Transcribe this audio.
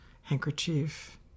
handkerchief